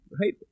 right